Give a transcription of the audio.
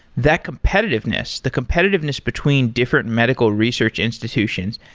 that competitiveness, the competitiveness between different medical research institutions,